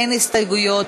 אין הסתייגויות,